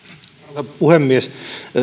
arvoisa puhemies